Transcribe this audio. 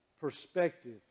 perspective